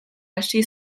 hasi